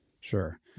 Sure